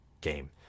game